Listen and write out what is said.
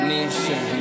Nation